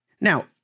Now